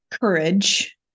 Courage